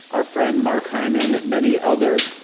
our friend mark hyman, and many others,